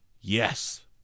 yes